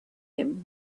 him